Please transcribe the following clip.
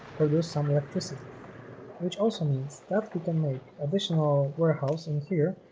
produce some electricity which also means that we can make additional warehouse in here